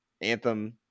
Anthem